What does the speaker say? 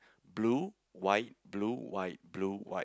blue white blue white blue white